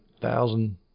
thousand